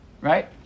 right